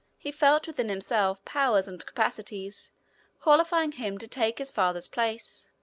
he felt within himself powers and capacities qualifying him to take his father's place,